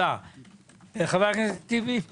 חבר הכנסת טיבי, בבקשה.